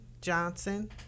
Johnson